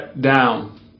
down